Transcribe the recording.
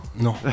Non